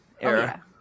era